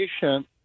patient